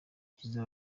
kibazo